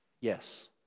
Yes